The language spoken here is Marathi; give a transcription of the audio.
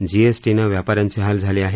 जीएसटीनं व्यापाऱ्यांचे हाल झाले आहेत